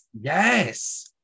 Yes